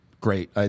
great